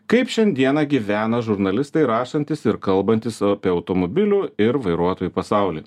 kaip šiandieną gyvena žurnalistai rašantys ir kalbantys apie automobilių ir vairuotojų pasaulį